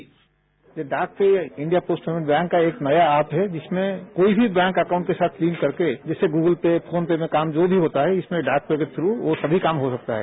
bite ये DakPay India Post Payments का एक नया ऐप है जिसमें कोई भी बैंक अकाउंट के साथ लिंक कर के इससे गूगलपे फोन पे में काम जो भी होता है इसमें डाकपे के थ्रू वो सभी काम हो सकता है